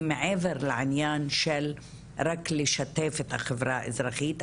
מעבר לעניין של רק לשתף את החברה האזרחית,